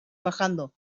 bajando